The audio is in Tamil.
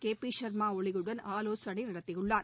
கே பி ஷர்மா ஒளியுடன் ஆலோசனை நடத்தியுள்ளார்